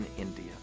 India